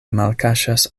malkaŝas